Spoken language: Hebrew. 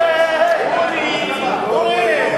היי, היי, אורי,